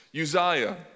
Uzziah